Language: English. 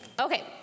Okay